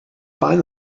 find